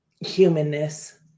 Humanness